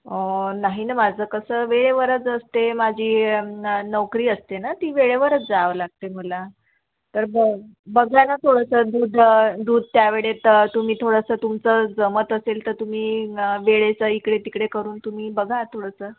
नाही ना माझं कसं वेळेवरच असते माझी न नौकरी असते ना ती वेळेवरच जावं लागते मला तर ब बघा ना थोडंसं दूध दूध त्यावेळेत तुम्ही थोडंसं तुमचं जमत असेल तर तुम्ही वेळेचं इकडे तिकडे करून तुम्ही बघा थोडंसं